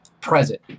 present